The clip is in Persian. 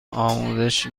آموزش